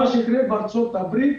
ממה שיקרה בארצות הברית,